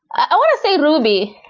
i want to say ruby.